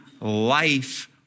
life